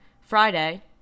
friday